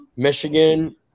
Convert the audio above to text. Michigan